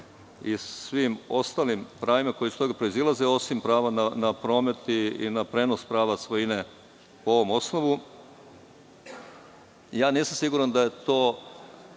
i svim ostalim pravima koja iz toga proizilaze, osim prava na promet i na prenos prava svojine po ovom osnovu. Nisam siguran da je to